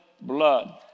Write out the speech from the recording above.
blood